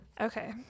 Okay